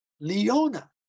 Leona